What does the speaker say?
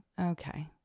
Okay